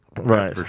Right